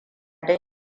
don